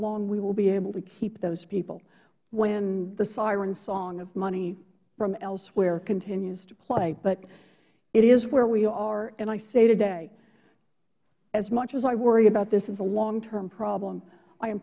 long we will be able to keep those people when the siren song of money from elsewhere continues to play but it is where we are and i say today as much i worry about this as a longterm problem i